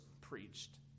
preached